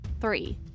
three